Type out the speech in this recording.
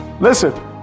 Listen